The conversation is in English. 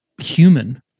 human